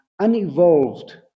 unevolved